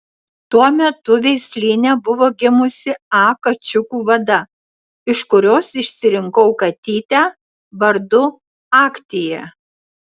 tuo metu veislyne buvo gimusi a kačiukų vada iš kurios išsirinkau katytę vardu aktia